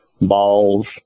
balls